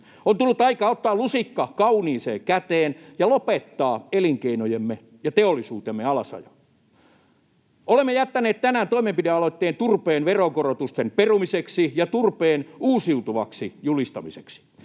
On tullut aika ottaa lusikka kauniiseen käteen ja lopettaa elinkeinojemme ja teollisuutemme alasajo. Olemme jättäneet tänään toimenpidealoitteen turpeen veronkorotusten perumiseksi ja turpeen uusiutuvaksi julistamiseksi.